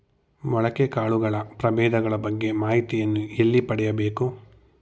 ಮೊಳಕೆ ಕಾಳುಗಳ ಪ್ರಭೇದಗಳ ಬಗ್ಗೆ ಮಾಹಿತಿಯನ್ನು ಎಲ್ಲಿ ಪಡೆಯಬೇಕು?